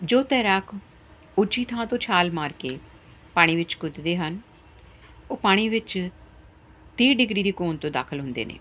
ਜੋ ਤੈਰਾਕ ਉੱਚੀ ਥਾਂ ਤੋਂ ਛਾਲ ਮਾਰ ਕੇ ਪਾਣੀ ਵਿੱਚ ਕੁੱਦਦੇ ਹਨ ਉਹ ਪਾਣੀ ਵਿੱਚ ਤੀਹ ਡਿਗਰੀ ਦੇ ਕੋਣ ਤੋਂ ਦਾਖਲ ਹੁੰਦੇ ਨੇ